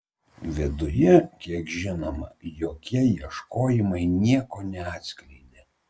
viduje kiek žinoma jokie ieškojimai nieko neatskleidė